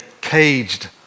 caged